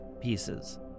pieces